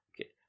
Okay